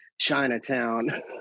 Chinatown